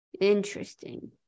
Interesting